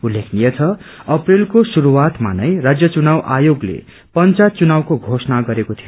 उल्लेखनीय छ अप्रेलको श्रुस्वातमा नै राज्य चुनाव आयोगले पंचायत चुनावको घोषणा गरेको थियो